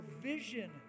vision